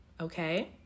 okay